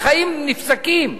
החיים נפסקים.